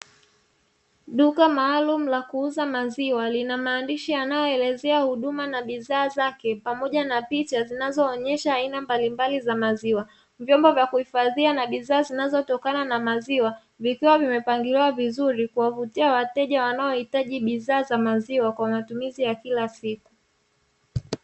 Duka maalumu la kuuza maziwa linamaandishi yanayoelezea huduma na bidhaa zake pamoja na picha zinazoonyesha aina ya mbalimbali za maziwa. Vyombo vya kuhifadhia na bidhaa zinazotokana na maziwa, kiwavimepangiliwa vizuri kuwavutia wateja wanahitaji bidhaa za maziwa kwa matumizi ya kila siku.